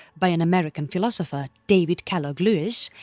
by an american philosopher david kellogg lewis,